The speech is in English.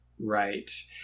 right